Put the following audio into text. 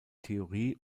theorie